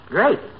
Great